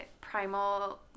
primal